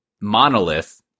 monolith